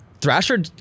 Thrasher